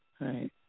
right